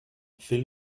fill